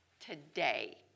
today